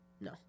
no